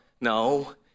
No